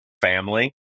family